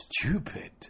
stupid